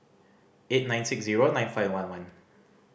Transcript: eight nine six zero nine five one one